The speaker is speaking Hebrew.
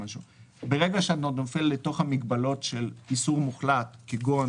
ברגע שאתה נופל לתוך המגבלות של איסור מוחלט, כגון